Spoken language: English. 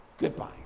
Goodbye